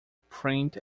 print